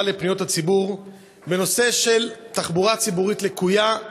לפניות הציבור בנושא תחבורה ציבורית לקויה,